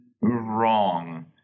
wrong